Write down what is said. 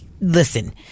Listen